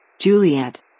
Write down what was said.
Juliet